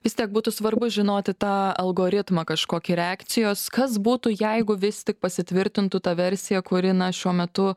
vis tiek būtų svarbu žinoti tą algoritmą kažkokį reakcijos kas būtų jeigu vis tik pasitvirtintų ta versija kuri na šiuo metu